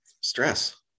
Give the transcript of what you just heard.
stress